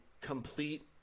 complete